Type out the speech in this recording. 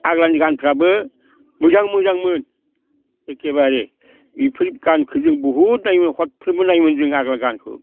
आग्लानि गानफ्राबो मोजां मोजां मोन एखेबारे बेफोर गानखो जों बहुद नायोमोन हरफ्रोमबो नायोमोन जों आग्ला गानखौ